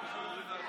ההצעה להעביר